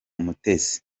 umutesi